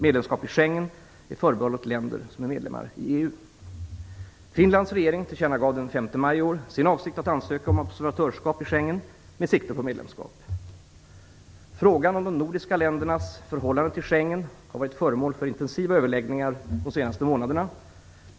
Medlemskap i Schengen-samarbetet är förbehållet länder som är medlemmar i EU. Finlands regering tillkännagav den 5 maj i år sin avsikt att ansöka om observatörsskap i Schengensamarbetet med sikte på medlemskap. Frågan om de nordiska ländernas förhållande till Schengenavtalet har varit föremål för intensiva överläggningar de senaste månaderna.